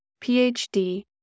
PhD